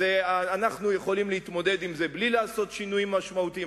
אנחנו יכולים להתמודד עם זה בלי לעשות שינויים משמעותיים.